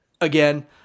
again